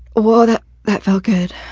whoa, that that felt good.